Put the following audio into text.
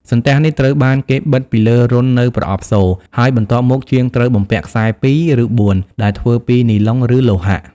សន្ទះនេះត្រូវបានគេបិទពីលើរន្ធនៅប្រអប់សូរ ហើយបន្ទាប់មក ជាងត្រូវបំពាក់ខ្សែពីរ ឬបួន ដែលធ្វើពីនីឡុង ឬលោហៈ។